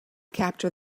capture